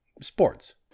sports